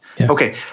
Okay